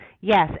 yes